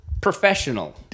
professional